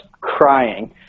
crying